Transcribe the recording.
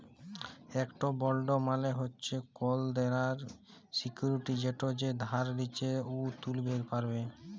ইকট বল্ড মালে হছে কল দেলার সিক্যুরিটি যেট যে ধার লিছে উ তুলতে পারে